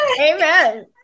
Amen